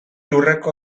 lurreko